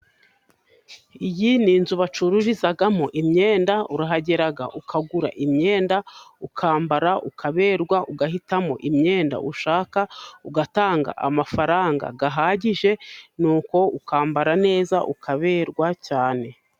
Iyi ni inzu bacururizamo imyenda, urahagera ukagura imyenda ukambara ukaberwa, ugahitamo imyenda ushaka ugatanga amafaranga ahagije, nuko ukambara neza ukaberwa cyane.